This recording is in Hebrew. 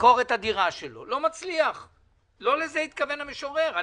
למכור את הדירה שלו לא לזה התכוון המשורר.